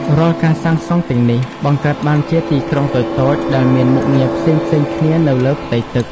រាល់ការសាងសង់ទាំងនេះ បង្កើតបានជាទីក្រុងតូចៗដែលមានមុខងារផ្សេងៗគ្នានៅលើផ្ទៃទឹក។